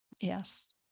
Yes